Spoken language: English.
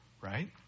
right